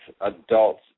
adults